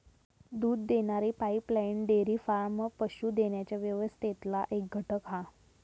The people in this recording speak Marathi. दूध देणारी पाईपलाईन डेअरी फार्म पशू देण्याच्या व्यवस्थेतला एक घटक हा